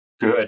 good